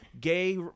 gay